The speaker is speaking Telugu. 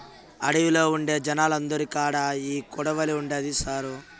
అడవిలో ఉండే జనాలందరి కాడా ఈ కొడవలి ఉండాది సారూ